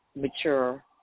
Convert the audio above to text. mature